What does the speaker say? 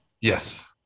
yes